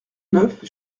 neuf